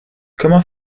comment